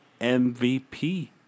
MVP